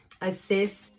assist